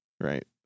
right